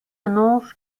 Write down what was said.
annonce